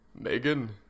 Megan